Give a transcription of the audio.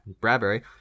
Bradbury